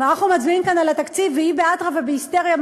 ואנחנו מצביעים כאן על התקציב והיא באטרף ובהיסטריה,